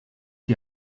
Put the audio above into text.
die